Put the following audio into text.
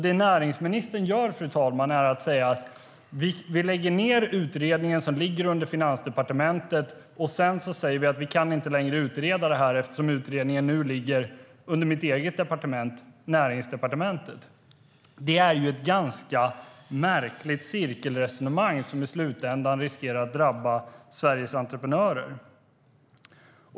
Det näringsministern gör, fru talman, är att säga att man lägger ned den utredning som ligger under Finansdepartementet och sedan säga att man inte längre kan utreda detta eftersom utredningen nu ligger under ministerns eget departement, Näringsdepartementet. Det är ett ganska märkligt cirkelresonemang som i slutändan riskerar att drabba Sveriges entreprenörer.